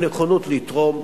הנכונות לתרום,